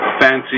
fancy